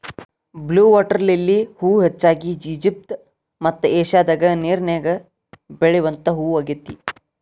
blue water lily ಹೂ ಹೆಚ್ಚಾಗಿ Egypt ಮತ್ತ ಏಷ್ಯಾದಾಗ ನೇರಿನ್ಯಾಗ ಬೆಳಿವಂತ ಹೂ ಆಗೇತಿ